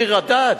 ביר-הדאג'.